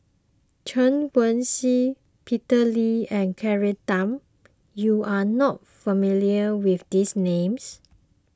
Chen Wen Hsi Peter Lee and Claire Tham you are not familiar with these names